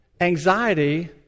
anxiety